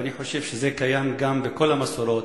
ואני חושב שזה קיים גם בכל המסורות,